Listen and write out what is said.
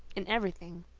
in every thing.